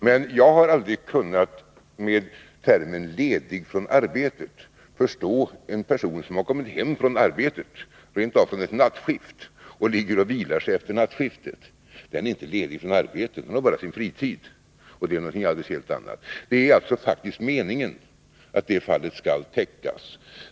Men jag har aldrig med termen ”ledig från arbetet” kunnat förstå en person som har kommit hem från arbetet, rent av från ett skiftarbete, och ligger och vilar sig efter det. Den personen är inte ledig från arbetet utan har bara sin fritid, och det är någonting helt annat. Det är alltså meningen att det här fallet skall täckas.